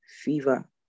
fever